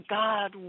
god